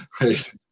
right